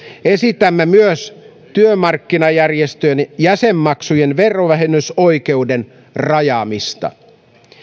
esitämme myös työmarkkinajärjestöjen jäsenmaksujen verovähennysoikeuden rajaamista